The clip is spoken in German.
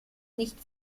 nicht